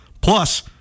Plus